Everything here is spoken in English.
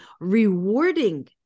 rewarding